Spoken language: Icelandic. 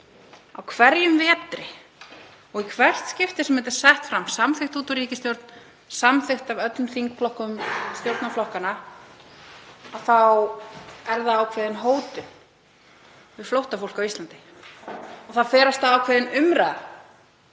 á hverjum vetri og í hvert skipti sem það er lagt fram, samþykkt út úr ríkisstjórn, samþykkt af öllum þingflokkum stjórnarflokkanna, þá er það ákveðin hótun við flóttafólk á Íslandi. Það fer af stað ákveðin umræða